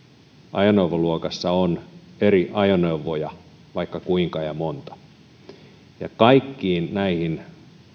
ajoneuvoluokassa on eri ajoneuvoja vaikka kuinka ja monta kaikkiin näihin